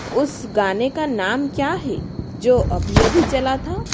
उस गाने का नाम क्या है जो अभी अभी चला था